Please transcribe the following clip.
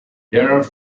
there